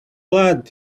lad